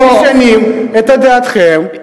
ואז אתם באים ומשנים את דעתכם,